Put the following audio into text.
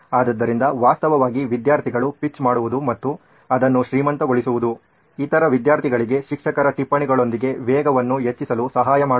ಆದ್ದರಿಂದ ವಾಸ್ತವವಾಗಿ ವಿದ್ಯಾರ್ಥಿಗಳು ಪಿಚ್ ಮಾಡುವುದು ಮತ್ತು ಅದನ್ನು ಶ್ರೀಮಂತಗೊಳಿಸುವುದು ಇತರ ವಿದ್ಯಾರ್ಥಿಗಳಿಗೆ ಶಿಕ್ಷಕರ ಟಿಪ್ಪಣಿಗಳೊಂದಿಗೆ ವೇಗವನ್ನು ಹೆಚ್ಚಿಸಲು ಸಹಾಯ ಮಾಡುತ್ತದೆ